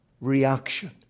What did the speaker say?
reaction